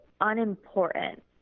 unimportant